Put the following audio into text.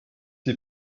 die